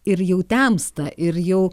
ir jau temsta ir jau